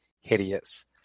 hideous